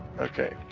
Okay